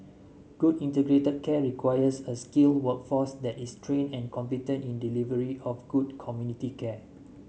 good integrated care requires a skilled workforce that is trained and competent in the delivery of good community care